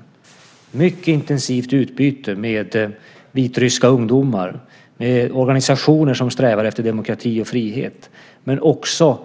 Det behövs ett mycket intensivt utbyte med vitryska ungdomar, med organisationer som strävar efter demokrati och frihet men också